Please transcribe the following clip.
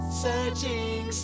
searching